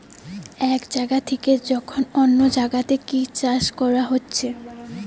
এক জাগা থিকে যখন অন্য জাগাতে কি চাষ কোরা হচ্ছে